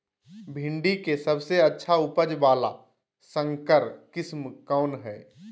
भिंडी के सबसे अच्छा उपज वाला संकर किस्म कौन है?